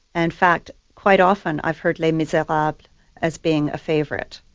and fact quite often i've heard les miserables as being a favourite.